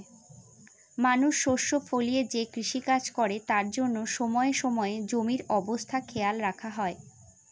মানুষ শস্য ফলিয়ে যে কৃষিকাজ করে তার জন্য সময়ে সময়ে জমির অবস্থা খেয়াল রাখা হয়